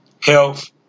health